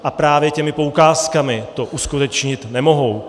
A právě těmi poukázkami to uskutečnit nemohou.